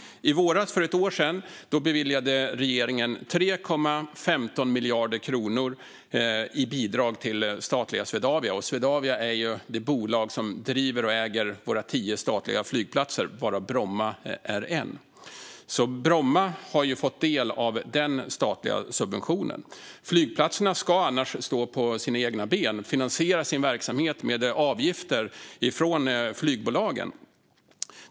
För ett år sedan beviljade regeringen 3,15 miljarder kronor i bidrag till statliga Swedavia, som är det bolag som driver och äger våra tio statliga flygplatser, däribland Bromma. Bromma flygplats har alltså fått del av denna statliga subvention. Flygplatserna ska annars stå på egna ben och finansiera sin verksamhet med avgifter från flygbolagen.